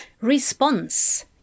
Response